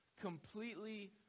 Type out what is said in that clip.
completely